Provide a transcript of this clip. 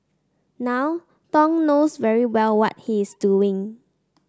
now Thong knows very well what he's doing